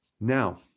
Now